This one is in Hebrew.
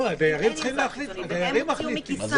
רם, אבל